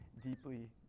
deeply